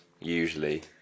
usually